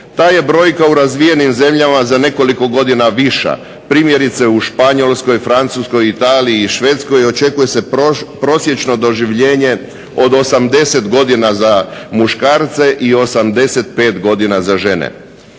Ta je brojka u razvijenim zemljama za nekoliko godina više, primjerice u Španjolskoj, Francuskoj, Italiji i Švedskoj očekuje se prosječno doživljenje od 80 godina za muškarce i 85 godina za žene.